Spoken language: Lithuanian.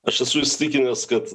aš esu įsitikinęs kad